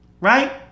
right